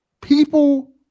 People